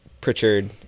Pritchard